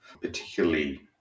Particularly